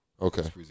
Okay